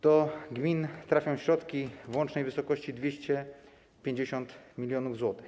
Do gmin trafią środki w łącznej wysokości 250 mln zł.